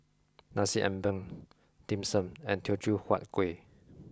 nasi ambeng dim sum and teochew huat kueh